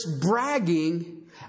bragging